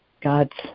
God's